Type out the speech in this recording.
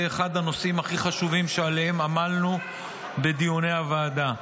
זה אחד הנושאים הכי חשובים שעליהם עמלנו בדיוני הוועדה.